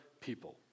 people